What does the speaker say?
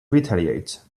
retaliate